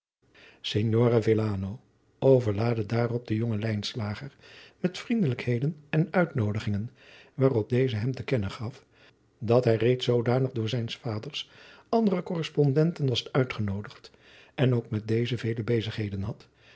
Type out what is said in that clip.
villano overlaadde daarop den jongen lijnslager met vriendelijkheden en uitnoodigingen waarop deze hem te kennen gaf dat hij reeds zoodanig door zijns vaders andere korrespondenten was uitgenoodigd en ook met deze vele bezigheden had